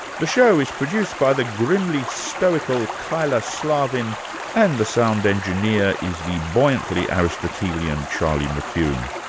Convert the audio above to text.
the show is produced by the grimly stoical kyla slaven and the sound engineer is the buoyantly aristotelian charlie mckune.